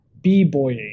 b-boying